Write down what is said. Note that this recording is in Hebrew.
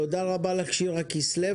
תודה רבה לך, שירה כסלו.